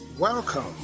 Welcome